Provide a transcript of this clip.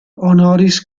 honoris